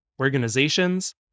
organizations